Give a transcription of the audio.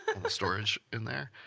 and the storage in there,